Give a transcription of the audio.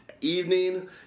evening